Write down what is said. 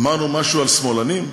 אמרנו משהו על שמאלנים?